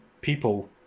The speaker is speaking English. people